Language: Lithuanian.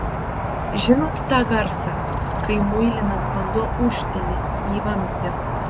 žinot tą garsą kai muilinas vanduo ūžteli į vamzdį